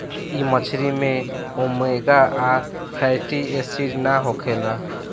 इ मछरी में ओमेगा आ फैटी एसिड ना होखेला